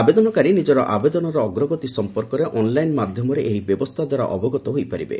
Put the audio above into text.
ଆବେଦନକାରୀ ନିଜର ଆବେଦନର ଅଗ୍ରଗତି ସଂପର୍କରେ ଅନ୍ଲାଇନ୍ ମାଧ୍ୟମରେ ଏହି ବ୍ୟବସ୍ଥା ଦ୍ୱାରା ଅବଗତ ହୋଇପାରିବେ